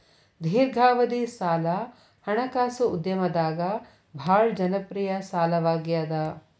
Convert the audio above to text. ದೇರ್ಘಾವಧಿ ಸಾಲ ಹಣಕಾಸು ಉದ್ಯಮದಾಗ ಭಾಳ್ ಜನಪ್ರಿಯ ಸಾಲವಾಗ್ಯಾದ